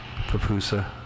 papusa